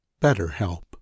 BetterHelp